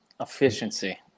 Efficiency